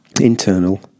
internal